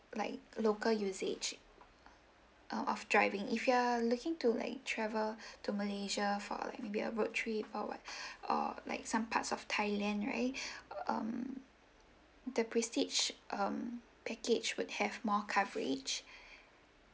like local usage uh uh of driving if you're looking to like travel to malaysia for like maybe a road trip or what or like some parts of thailand right um the prestige um package would have more coverage